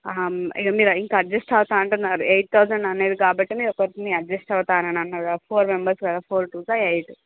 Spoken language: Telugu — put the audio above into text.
మీరు ఇంక అడ్జస్ట్ అవుతా అంటున్నారు ఎయిట్ థౌసండ్ అనేది కాబట్టే ఒకరిని అడ్జస్ట్ అవుతానాని అన్నారు కాబట్టి ఫోర్ మెంబర్స్ కదా ఫోర్ టూ జార్ ఎయిట్